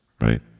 right